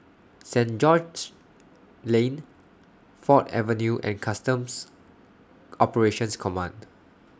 Saint George's Lane Ford Avenue and Customs Operations Command